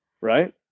right